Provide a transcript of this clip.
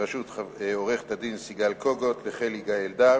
בראשות עורכת-הדין סיגל קוגוט, לחלי גיא אלדר,